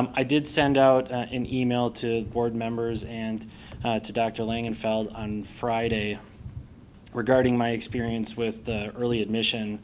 um i did send out an email to board members and to dr. langenfeld on friday regarding my experience with the early admission